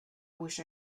wish